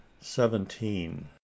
seventeen